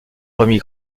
remis